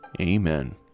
Amen